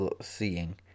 seeing